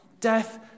death